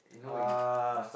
ah